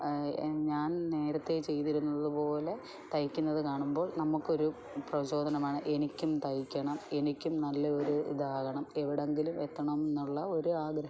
ഞാൻ നേരത്തെ ചെയ്തിരുന്നത് പോലെ തയ്ക്കുന്നത് കാണുമ്പോൾ നമുക്കൊരു പ്രചോദനമാണ് എനിക്കും തയ്ക്കണം എനിക്കും നല്ല ഒരു ഇതാവണം എവിടെങ്കിലും എത്തണം എന്നുള്ള ഒരു ആഗ്രഹം